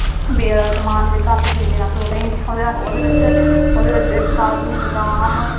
बेआ दा समान जेह्का अस दिन्ने अस उ'नें ई ओह्दा ओह्दे बिच ओह्दे बिच काजू बदाम